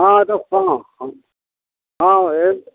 ହଁ ଏ ତ ହଁ ହଁ ହଁ ଏ